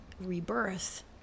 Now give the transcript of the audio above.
rebirth